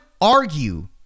argue